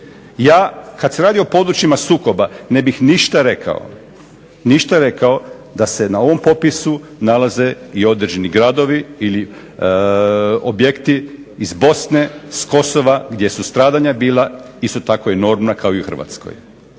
Ja kad se radi o područjima sukoba ne bih ništa rekao da se na ovom popisu nalaze i određeni gradovi ili objekti iz Bosne, s Kosova gdje su stradanja bila isto tako enormna kao i u Hrvatskoj.